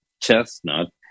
chestnut